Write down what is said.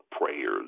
prayers